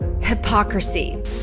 Hypocrisy